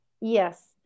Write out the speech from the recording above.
yes